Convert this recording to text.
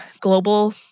global